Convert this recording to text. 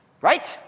right